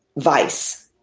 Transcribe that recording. vise